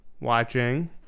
watching